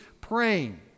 praying